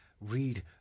Read